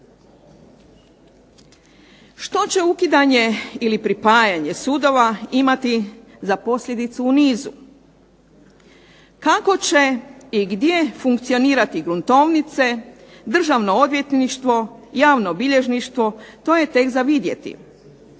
Što će ukidanje ili pripajanje sudova imati za posljedicu u nizu. Kako će i gdje funkcionirati gruntovnice, državno odvjetništvo, javnobilježništvo, to je tek za vidjeti.